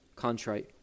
contrite